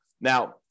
Now